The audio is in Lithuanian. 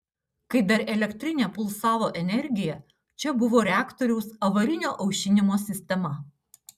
kai dar elektrinė pulsavo energija čia buvo reaktoriaus avarinio aušinimo sistema